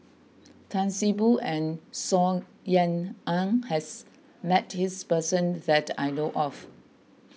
Tan See Boo and Saw Ean Ang has met this person that I know of